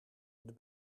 het